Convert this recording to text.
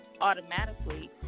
automatically